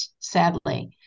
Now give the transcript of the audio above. sadly